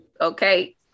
okay